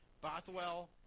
Bothwell